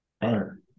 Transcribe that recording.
Better